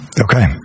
Okay